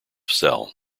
cell